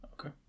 Okay